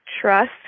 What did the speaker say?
trust